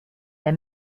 der